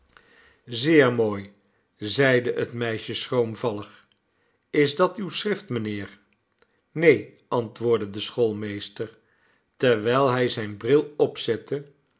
zeer mooi zeide het meisje schroomvallig is dat uw schrift mijnheer neen antwoordde de schoolmeester terwijl hij zijn bril opzette